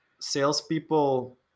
salespeople